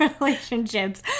relationships